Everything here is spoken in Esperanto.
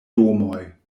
domoj